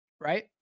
right